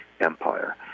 empire